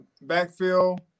Backfield